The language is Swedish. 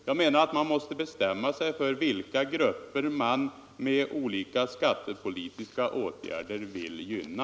Jag menar att man måste bestämma sig för vilka grupper man med olika skattepolitiska åtgärder vill gynna.